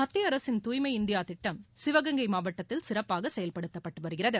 மத்திய அரசின் தூய்மை இந்தியா திட்டம் சிவகங்கை மாவட்டத்தில் சிறப்பாக செயல்படுத்தப்பட்டு வருகிறது